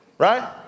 Right